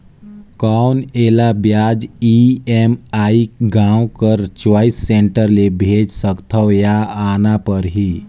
कौन एला ब्याज ई.एम.आई गांव कर चॉइस सेंटर ले भेज सकथव या आना परही?